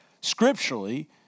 scripturally